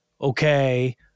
Okay